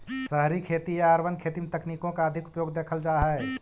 शहरी खेती या अर्बन खेती में तकनीकों का अधिक उपयोग देखल जा हई